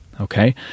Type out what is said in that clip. Okay